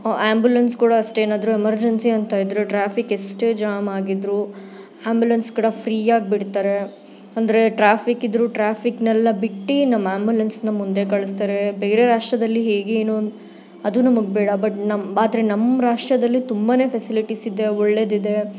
ambulance ಕೂಡ ಅಷ್ಟೆ ಏನಾದ್ರೂ ಎಮರ್ಜೆನ್ಸಿ ಅಂತ ಇದ್ದರೂ ಟ್ರಾಫಿಕ್ ಎಷ್ಟೇ ಜಾಮ್ ಆಗಿದ್ರೂ ಆ್ಯಂಬುಲೆನ್ಸ್ ಕೂಡ ಫ್ರೀ ಆಗಿ ಬಿಡ್ತಾರೆ ಅಂದರೆ ಟ್ರಾಫಿಕ್ ಇದ್ರೂ ಟ್ರಾಫಿಕ್ನೆಲ್ಲ ಬಿಟ್ಟು ನಮ್ಮ ಆ್ಯಂಬುಲೆನ್ಸ್ನ ಮುಂದೆ ಕಳಿಸ್ತಾರೆ ಬೇರೆ ರಾಷ್ಟ್ರದಲ್ಲಿ ಹೇಗೆ ಏನು ಅದು ನಮಗೆ ಬೇಡ ಬಟ್ ನಮ್ಮ ಆದರೆ ನಮ್ಮ ರಾಷ್ಟ್ರದಲ್ಲಿ ತುಂಬಾ ಫೆಸಿಲಿಟಿಸ್ ಇದೆ ಒಳ್ಳೆಯದಿದೆ